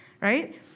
right